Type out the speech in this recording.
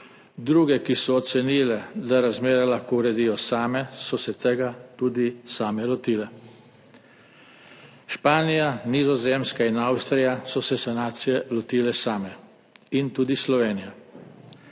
druge, ki so ocenile, da razmere lahko uredijo same, so se tega tudi same lotile. Španija, Nizozemska in Avstrija so se sanacije lotile same. Tudi Slovenija.